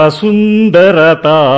sundarata